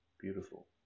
beautiful